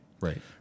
Right